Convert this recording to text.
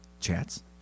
Chats